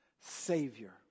Savior